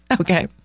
Okay